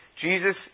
Jesus